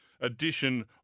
edition